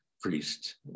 priest